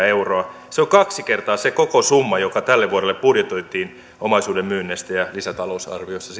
euroa se on kaksi kertaa se koko summa joka tälle vuodelle budjetoitiin omaisuuden myynneistä ja lisäta lousarviossa